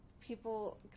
people